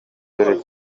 karere